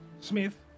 Smith